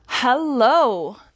Hello